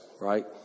right